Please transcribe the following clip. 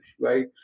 right